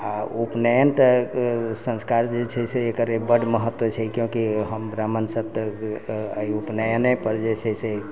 आओर उपनयन तऽ संस्कार जे छै से एकर बड़ महत्व छै किएक कि हम ब्राह्मण सभ तऽ अइ उपनयनेपर जे छै से